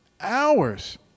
hours